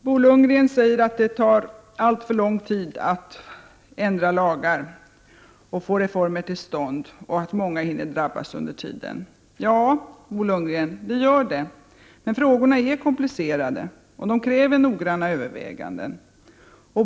Bo Lundgren säger att det tar alltför lång tid att ändra lagar och få reformer till stånd och att många hinner drabbas under tiden. Ja, Bo Lundgren, det gör det. Men frågorna är komplicerade och kräver noggranna överväganden.